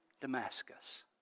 Damascus